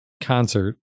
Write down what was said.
concert